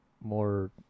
more